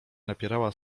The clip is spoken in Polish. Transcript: napierała